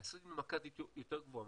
לעשות התמקדות יותר גבוהה,